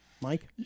Mike